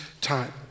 time